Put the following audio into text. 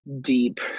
deep